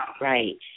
Right